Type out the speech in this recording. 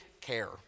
care